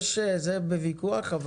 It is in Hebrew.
זה בוויכוח.